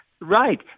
Right